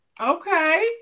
Okay